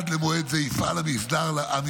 עד למועד זה יפעל המשרד